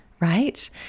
right